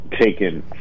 taken